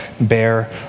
bear